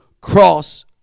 cross